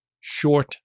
short